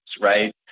right